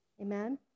Amen